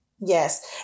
Yes